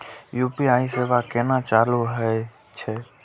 UPI सेवा केना चालू है छै?